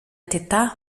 teta